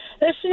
Listen